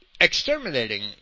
Exterminating